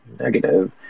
negative